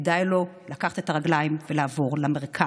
כדאי לו לקחת את הרגליים ולעבור למרכז.